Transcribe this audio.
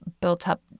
built-up